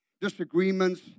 Disagreements